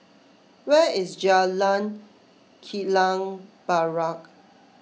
where is Jalan Kilang Barat